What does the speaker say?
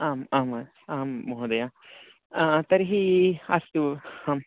आम् आम् आं महोदय तर्हि अस्तु अहम्